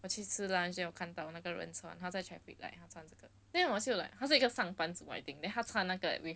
我去吃 lunch then 我看到那个人穿他在 traffic light then 穿这个 then 我就 like 她是一个上班族 I think then 她穿那个 with